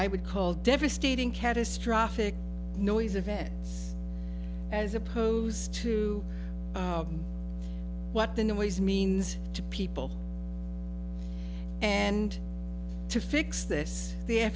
i would call devastating catastrophic noise event as opposed to what the noise means to people and to fix this the